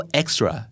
extra